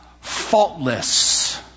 faultless